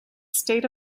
state